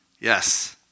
Yes